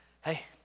hey